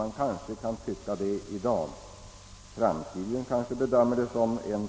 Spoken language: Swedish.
Man kan tycka så i dag — i framtiden bedöms måhända